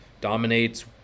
dominates